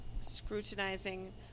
scrutinizing